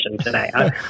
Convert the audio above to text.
today